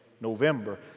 November